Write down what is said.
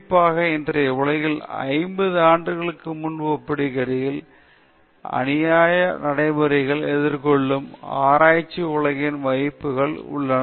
குறிப்பாக இன்றைய உலகில் 50 ஆண்டுகளுக்கு முன்பு ஒப்பிடுகையில் அநியாய நடைமுறைகளை எதிர்கொள்ளும் ஆராய்ச்சிக்கான உலகில் வாய்ப்புகள் உள்ளன